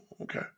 okay